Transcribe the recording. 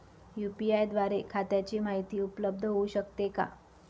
UPI द्वारे खात्याची माहिती उपलब्ध होऊ शकते का?